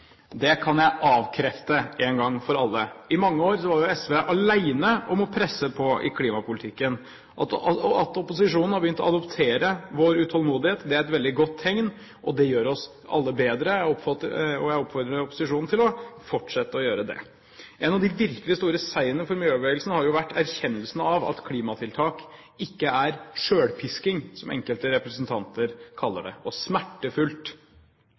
Det kan jeg avkrefte én gang for alle. I mange år var SV alene om å presse på i klimapolitikken. At opposisjonen har begynt å adoptere vår utålmodighet, er et veldig godt tegn, og det gjør oss alle bedre. Jeg oppfordrer opposisjonen til å fortsette å gjøre det. En av de virkelig store seierne for miljøbevegelsen har vært erkjennelsen av at klimatiltak ikke er selvpisking, som enkelte representanter kaller det, og ikke er smertefullt.